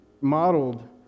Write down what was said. modeled